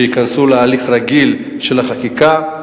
שייכנסו להליך חקיקה רגיל.